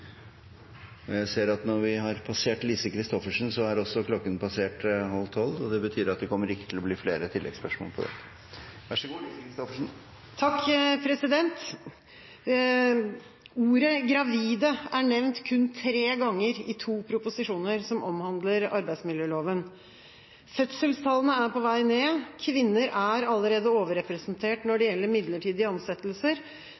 og menn i arbeidslivet. Det blir oppfølgingsspørsmål – Lise Christoffersen. Ordet «gravide» er nevnt kun tre ganger i to proposisjoner som omhandler arbeidsmiljøloven. Fødselstallene er på vei ned, og kvinner er allerede overrepresentert når det gjelder midlertidige ansettelser,